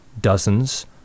dozens